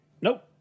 Nope